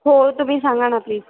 हो तुम्ही सांगा ना प्लीज